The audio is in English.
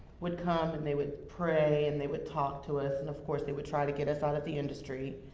would come, and they would pray, and they would talk to us, and of course, they would try to get us out of the industry.